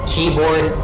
Keyboard